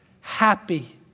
happy